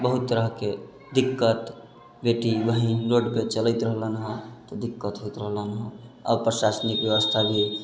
बहुत तरह के दिक्कत बेटी बहिन रोडपर चलैत रहलनि हँ तऽ दिक्कत होत रहलनि हँ अब प्रशासनिक व्यवस्था भी